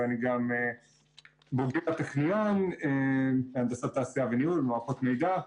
ואני גם בוגר הטכניון בהנדסת תעשייה וניהול ומערכות מידע.